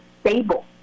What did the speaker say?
stable